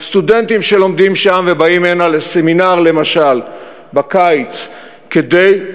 סטודנטים שלומדים שם ובאים הנה למשל לסמינר בקיץ כדי,